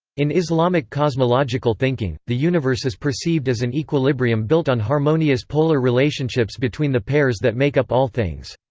in islamic cosmological thinking, the universe is perceived as an equilibrium built on harmonious polar relationships between the pairs that make up all things.